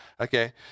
Okay